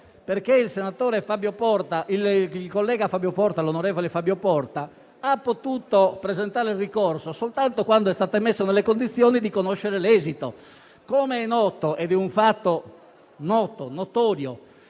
devo smentire: non è vero. L'onorevole Fabio Porta ha potuto presentare il ricorso soltanto quando è stato messo nelle condizioni di conoscere l'esito. Come è noto - ed è un fatto notorio